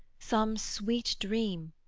some sweet dream,